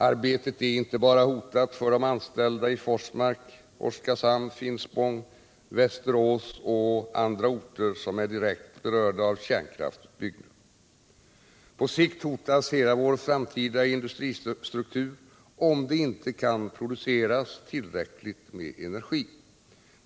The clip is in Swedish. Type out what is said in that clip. Arbetet är hotat inte bara för de anställda i Forsmark, Oskarshamn, Finspång, Västerås och andra orter som är direkt berörda av kärnkraftsutbyggnaden. På sikt hotas hela vår framtida industristruktur, om det inte kan produceras tillräckligt med energi.